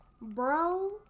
Bro